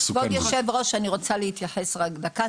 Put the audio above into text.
כבוד היושב ראש, אני רוצה להתייחס בדקה.